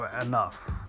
enough